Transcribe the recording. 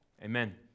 Amen